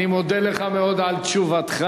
אני מודה לך מאוד על תשובתך.